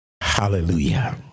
Hallelujah